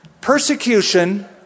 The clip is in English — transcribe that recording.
Persecution